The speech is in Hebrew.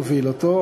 הוביל אותו,